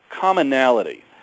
commonality